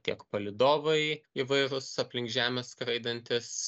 kiek palydovai įvairūs aplink žemę skraidantys